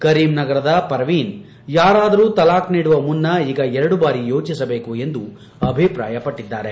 ಕರೀಂ ನಗೆರೆದ ಪರವೀನ್ ಯಾರಾದರೂ ತಲಾಖ್ ನೀಡುವ ಮುನ್ನ ಈಗ ಎರಡು ಬಾರಿ ಯೋಚಿಸಬೇಕು ಎಂದು ಅಭಿಪ್ರಾಯಪಟ್ಟಿದ್ದಾರೆ